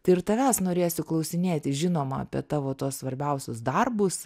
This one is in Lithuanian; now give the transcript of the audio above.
tai ir tavęs norėsiu klausinėti žinoma apie tavo tuos svarbiausius darbus